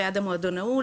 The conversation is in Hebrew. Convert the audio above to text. ליד המועדון ההוא,